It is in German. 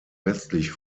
westlich